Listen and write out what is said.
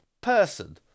person